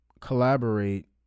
collaborate